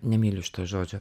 nemyliu šito žodžio